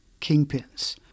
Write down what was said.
Kingpins